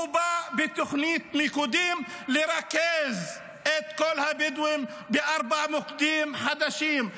הוא בא בתוכנית המיקודים לרכז את כל הבדואים בארבעה מוקדים חדשים.